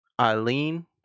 Eileen